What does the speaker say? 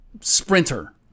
sprinter